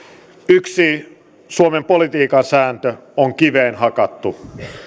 yksi suomen politiikan sääntö on kiveen hakattu